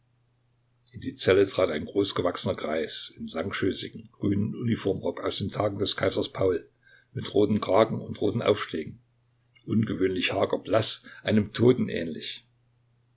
in die zelle trat ein großgewachsener greis in langschößigem grünem uniformrock aus den tagen des kaisers paul mit rotem kragen und roten aufschlägen ungewöhnlich hager blaß einem toten ähnlich